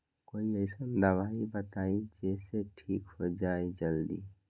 कोई अईसन दवाई बताई जे से ठीक हो जई जल्दी?